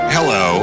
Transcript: Hello